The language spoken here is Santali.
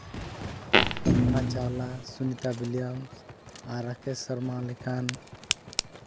ᱠᱚᱞᱯᱚᱱᱟ ᱪᱟᱣᱞᱟ ᱥᱩᱱᱤᱛᱟ ᱩᱭᱞᱤᱭᱟᱢᱥ ᱟᱨ ᱨᱟᱠᱮᱥ ᱥᱚᱨᱢᱟ ᱞᱮᱠᱟᱱ